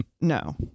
no